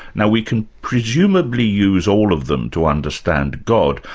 now we can presumably use all of them to understand god,